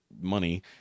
money